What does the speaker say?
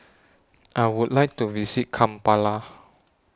I Would like to visit Kampala